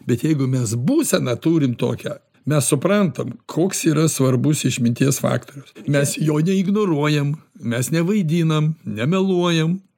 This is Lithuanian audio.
bet jeigu mes būseną turim tokią mes suprantam koks yra svarbus išminties faktorius mes jo neignoruojam mes nevaidinam nemeluojam